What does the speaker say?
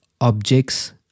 objects